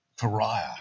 pariah